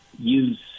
use